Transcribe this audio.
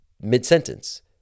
mid-sentence